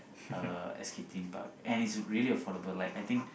uh Escape-Theme-Park and is really affordable I think